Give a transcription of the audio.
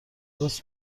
راست